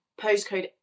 postcode